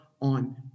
on